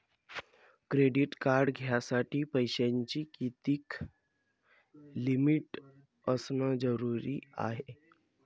Credit card घ्यासाठी पैशाची कितीक लिमिट असनं जरुरीच हाय?